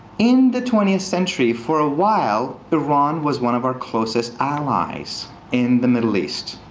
in the twentieth century, for awhile, iran was one of our closest allies in the middle east.